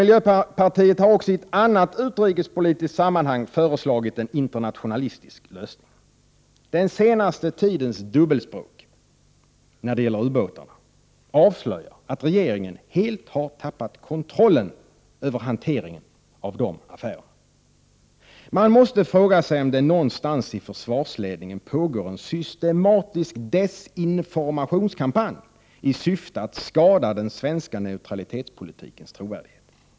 Miljöpartiet har också i ett annat utrikespolitiskt sammanhang föreslagit en internationalistisk lösning. Den senaste tidens dubbelspråk när det gäller ubåtarna avslöjar att regeringen helt har tappat kontrollen över hanteringen av de affärerna. Man måste fråga sig om det någonstans i försvarsledningen pågår en systematisk desinformationskampanj i syfte att skada den svenska neutralitetspolitikens trovärdighet.